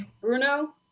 Bruno